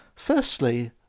Firstly